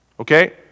Okay